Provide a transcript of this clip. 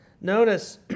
notice